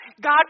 God